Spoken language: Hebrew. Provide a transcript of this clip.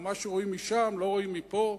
או מה שרואים משם לא רואים מפה?